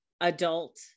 adult